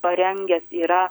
parengęs yra